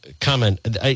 comment